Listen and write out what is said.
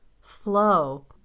flow